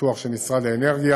בטוח שמשרד האנרגיה